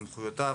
סמכויותיו,